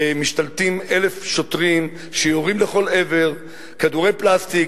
משתלטים 1,000 שוטרים שיורים לכל עבר כדורי פלסטיק,